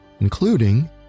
including